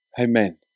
Amen